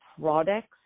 products